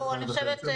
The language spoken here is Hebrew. כן, ברור.